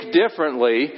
differently